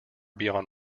beyond